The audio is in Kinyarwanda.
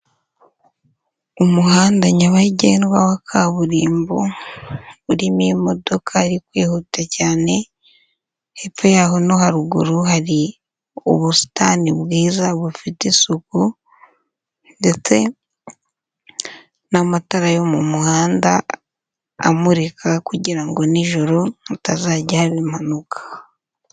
Umuhanda nyabagendwa wa kaburimbo urimo imodoka iri kwihuta cyane, hepfo yaho no haruguru hari ubusitani bwiza bufite isuku ndetse n'amatara yo mu muhanda amurika kugira ngo nijoro mutazajya haba impanuka.